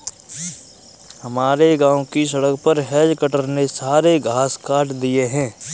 हमारे गांव की सड़क पर हेज कटर ने सारे घास काट दिए हैं